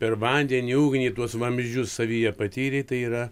per vandenį ugnį tuos vamzdžius savyje patyrei tai yra